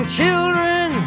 children